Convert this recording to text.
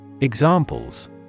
Examples